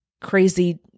crazy